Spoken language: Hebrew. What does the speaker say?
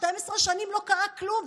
12 שנים לא קרה כלום,